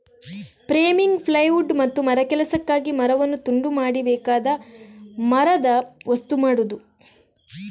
framing, plywood ಮತ್ತು ಮರಗೆಲಸಕ್ಕಾಗಿ ಮರವನ್ನು ತುಂಡು ಮಾಡಿ ಬೇಕಾದ ಮರದ ವಸ್ತು ಮಾಡುದು